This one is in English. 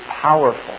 powerful